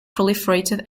proliferated